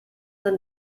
sind